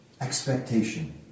Expectation